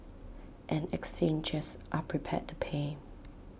and exchanges are prepared to pay